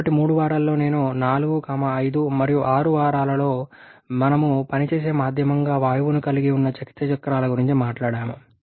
మునుపటి మూడు వారాల్లో నేను 4 5 మరియు 6 వారాల లో మేము పని చేసే మాధ్యమంగా వాయువును కలిగి ఉన్న శక్తి చక్రాల గురించి మాట్లాడాము